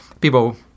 people